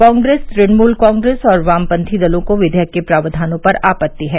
कांग्रेस तृणमूल कांग्रेस और वामपंथी दलों को विघेयक के प्रावधानों पर आपत्ति है